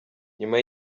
nyuma